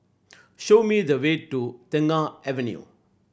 show me the way to Tengah Avenue